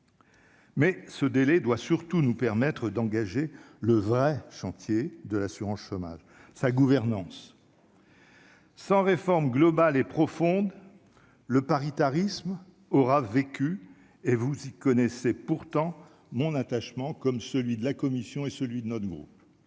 Mais ce délai doit surtout nous permettre d'engager le vrai chantier de l'assurance chômage, sa gouvernance. Sans réforme globale et profonde, le paritarisme aura vécu et vous y connaissait pourtant mon attachement comme celui de la commission et celui de notre groupe.